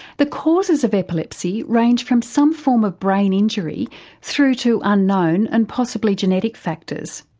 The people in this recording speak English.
the causes of epilepsy range from some form of brain injury through to unknown and possibly genetic factors.